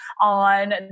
on